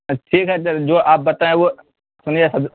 ٹھیک ہے حضرت جو آپ بتائے وہ سنیے سر